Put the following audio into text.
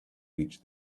reach